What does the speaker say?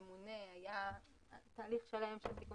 נותן השירות הוא הממונה על הליכי חדלות פירעון ושיקום כלכלי.